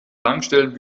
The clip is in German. tankstellen